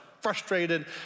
frustrated